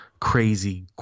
crazy